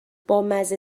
بامزه